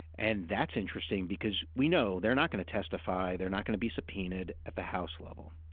and that's interesting because we know they're not going to testify. they're not going to be subpoenaed at the house level.